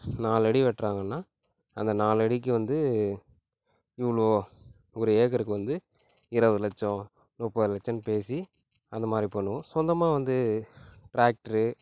நாலடி வெட்டுறாங்கன்னா அந்த நாலடிக்கு வந்து இவ்வளோ ஒரு ஏக்கருக்கு வந்து இருவது லட்சம் முப்பது லட்சம்னு பேசி அந்தமாதிரி பண்ணுவோம் சொந்தமாக வந்து ட்ராக்ட்ரு